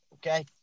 Okay